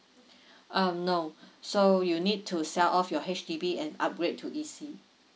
um no so you need to sell off your H_D_B and upgrade to E_C